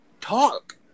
talk